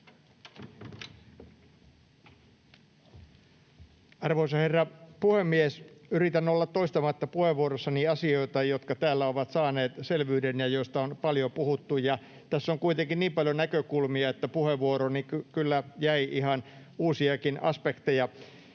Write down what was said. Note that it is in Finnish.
Arvoisa herra puhemies! Yritän olla toistamatta puheenvuorossani asioita, jotka täällä ovat saaneet selvyyden ja joista on paljon puhuttu. Tässä on kuitenkin niin paljon näkökulmia, että puheenvuorooni kyllä jäi ihan uusiakin aspekteja.